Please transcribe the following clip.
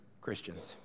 Christians